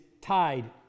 tied